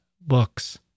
books